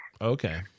Okay